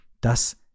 dass